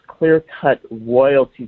clearcutroyalty